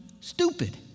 stupid